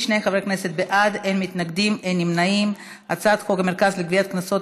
22 ההצעה להעביר את הצעת חוק המרכז לגביית קנסות,